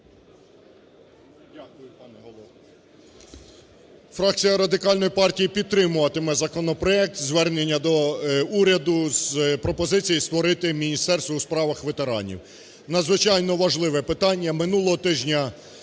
Дякую, пане Голово.